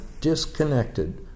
disconnected